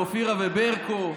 לאופירה וברקו,